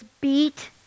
beat